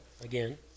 again